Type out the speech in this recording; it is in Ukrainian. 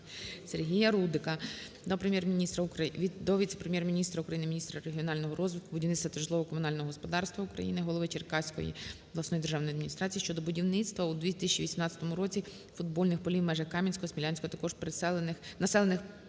Сергія Рудика до віце-прем'єр-міністра України - міністра регіонального розвитку, будівництва та житлово-комунального господарства України, голови Черкаської обласної державної адміністрації щодо будівництва у 2018 році футбольних полів в межахКам'янського, Смілянського, а також населених